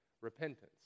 repentance